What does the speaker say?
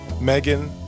Megan